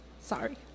Sorry